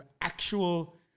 actual